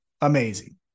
amazing